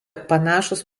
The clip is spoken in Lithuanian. panašūs